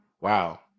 Wow